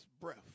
breath